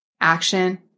Action